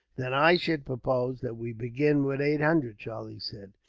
then i should propose that we begin with eight hundred, charlie said.